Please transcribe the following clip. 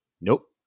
Nope